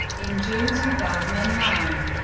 in june two thousand and nine.